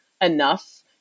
enough